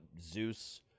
Zeus